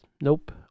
Nope